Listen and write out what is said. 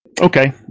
Okay